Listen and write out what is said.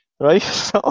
Right